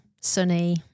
sunny